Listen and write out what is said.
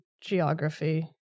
geography